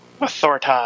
Authority